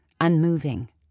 unmoving